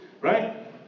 Right